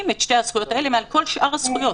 את שתי הזכויות האלה מעל כל שאר הזכויות.